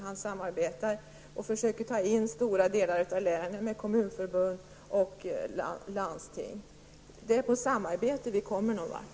Han samarbetar och försöker få med stora delar av länet med kommunförbund och landsting. Det är med samarbete vi kommer någon vart.